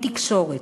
דמי תקשורת,